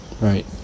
right